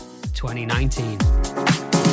2019